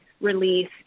release